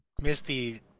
Misty